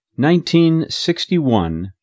1961